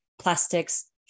plastics